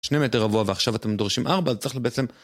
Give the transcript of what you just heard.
שני מטר רבוע ועכשיו אתם דורשים ארבע, אז צריך בעצם.